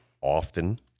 often